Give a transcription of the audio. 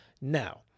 Now